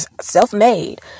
self-made